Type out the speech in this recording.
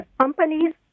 companies